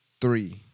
three